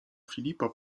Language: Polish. filipa